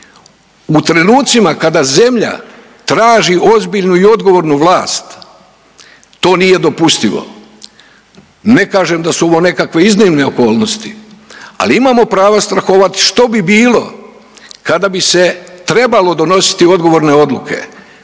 U trenucima kada zemlja traži ozbiljnu i odgovornu vlast to nije dopustivo. Ne kažem da su ovo nekakve iznimne okolnosti, ali imamo prava strahovat što bi bilo kada bi se trebalo donositi odgovorne odluke.